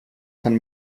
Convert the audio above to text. kann